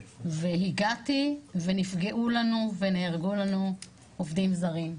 הגעתי, ונפגעו לנו ונהרגו לנו עובדים זרים,